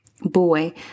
boy